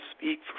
speak